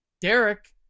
Derek